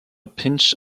pinch